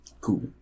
Cool